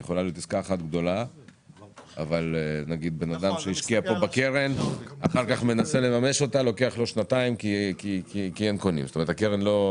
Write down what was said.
יכול להיות מצב שבו לבן אדם שהשקיע בקרן ייקח שנתיים לממש כי אין קונים.